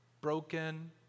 broken